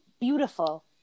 beautiful